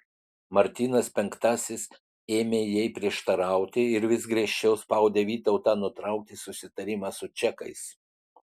martynas penktasis ėmė jai prieštarauti ir vis griežčiau spaudė vytautą nutraukti susitarimą su čekais